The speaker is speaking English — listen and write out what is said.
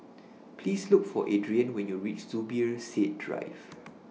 Please Look For Adrienne when YOU REACH Zubir Said Drive